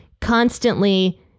constantly